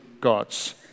God's